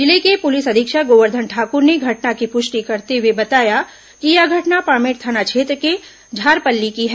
जिले के पुलिस अधीक्षक गोवर्धन ठाकुर ने घटना की पुष्टि करते हुए बताया कि यह घटना पामेड़ थाना क्षेत्र के झारपल्ली की है